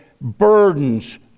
burdens